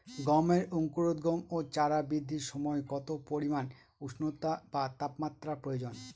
গমের অঙ্কুরোদগম ও চারা বৃদ্ধির সময় কত পরিমান উষ্ণতা বা তাপমাত্রা প্রয়োজন?